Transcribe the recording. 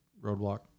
Roadblock